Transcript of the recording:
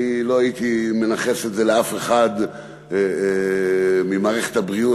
אני לא הייתי מנכס את זה לאף אחד ממערכת הבריאות,